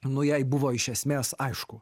nu jai buvo iš esmės aišku